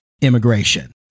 immigration